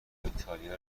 ایتالیا